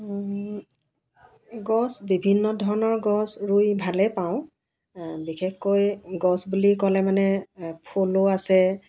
গছ বিভিন্ন ধৰণৰ গছ ৰুই ভালে পাওঁ বিশেষকৈ গছ বুলি ক'লে মানে ফুলো আছে